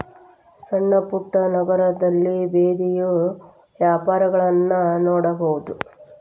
ಸಣ್ಣಪುಟ್ಟ ನಗರದಲ್ಲಿ ಬೇದಿಯ ವ್ಯಾಪಾರಗಳನ್ನಾ ನೋಡಬಹುದು